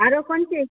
आरो कोन चीज